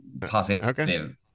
positive